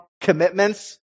commitments